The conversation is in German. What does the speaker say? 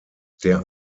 der